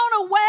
away